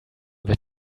wird